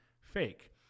fake